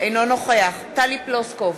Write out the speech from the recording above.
אינו נוכח טלי פלוסקוב,